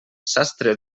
sastre